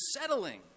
settling